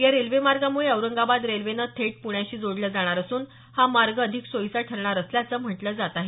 या रेल्वे मार्गामुळे औरंगाबाद रेल्वेने थेट प्ण्याशी जोडलं जाणार असून हा मार्ग अधिक सोयीचा ठरणार असल्याचं म्हटलं जात आहे